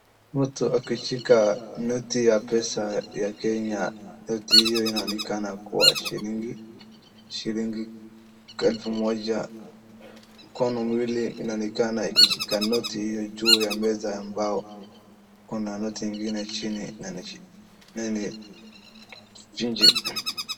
mtu akishika noti ya pesa ya kenya noti hiyo inaonekana kuwa shilingi elfu moja ,mkono miwili inaonkena ikishika noti hiyo juu ya meza ya mbao kuna noti ingine chini na ni shillingi hamsini